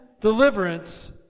deliverance